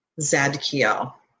Zadkiel